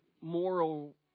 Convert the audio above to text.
moral